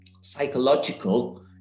Psychological